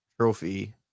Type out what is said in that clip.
trophy